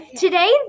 Today